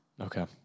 Okay